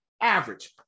average